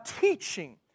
teaching